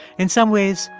in some ways,